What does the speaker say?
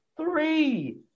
Three